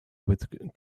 with